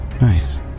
nice